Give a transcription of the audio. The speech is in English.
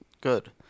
good